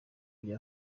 bya